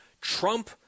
Trump